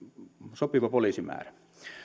sopiva poliisimäärä